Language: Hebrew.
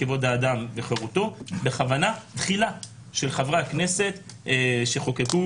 כבוד האדם וחירותו בכוונה תחילה של חברי הכנסת שחוקקו